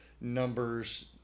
numbers